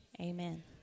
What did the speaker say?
Amen